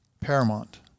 paramount